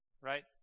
right